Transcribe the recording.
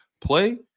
play